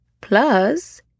Plus